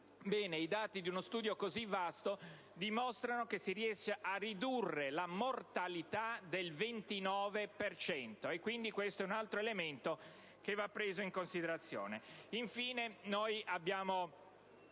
i dati di uno studio così vasto dimostrano che si riesce a ridurre la mortalità del 29 per cento. E quindi questo è un altro elemento che va preso in considerazione.